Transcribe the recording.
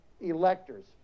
electors